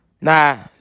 nah